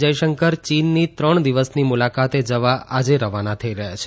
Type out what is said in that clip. જયશંકર ચીનની ત્રણ દિવસની મુલાકાતે આજે રવાના થઇ રહ્યાં છે